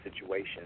situation